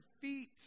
feet